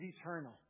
eternal